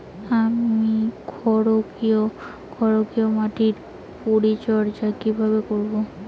আমি ক্ষারকীয় মাটির পরিচর্যা কিভাবে করব?